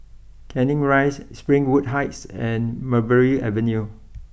Canning Rise Springwood Heights and Mulberry Avenue